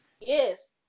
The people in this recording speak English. Yes